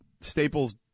Staples